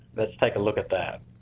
let's take a look at that.